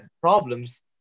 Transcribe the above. problems